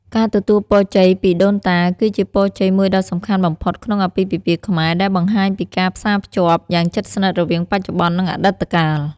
ការទទួលពរជ័យពីដូនតា គឺជាពរជ័យមួយដ៏សំខាន់បំផុតក្នុងអាពាហ៍ពិពាហ៍ខ្មែរ ដែលបង្ហាញពីការផ្សារភ្ជាប់យ៉ាងជិតស្និទ្ធរវាងបច្ចុប្បន្ន និងអតីតកាល។